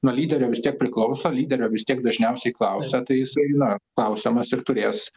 nuo lyderio vis tiek priklauso lyderio vis tiek dažniausiai klausia tai jisai na klausiamas ir turės